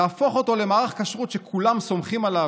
להפוך אותו למערך כשרות שכולם סומכים עליו,